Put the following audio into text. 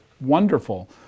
wonderful